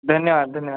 धन्यवाद धन्यवाद